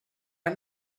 han